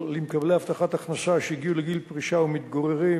למקבלי הבטחת הכנסה שהגיעו לגיל פרישה ומתגוררים